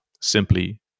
simply